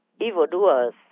evildoers